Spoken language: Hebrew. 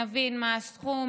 נבין מה הסכום,